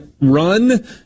Run